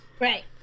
Right